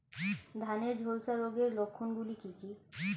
ধানের ঝলসা রোগের লক্ষণগুলি কি কি?